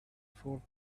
fourth